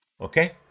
Okay